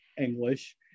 english